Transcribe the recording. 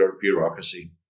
bureaucracy